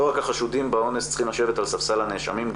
לא רק החשודים באונס צריכים לשבת על ספסל הנאשמים,